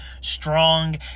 strong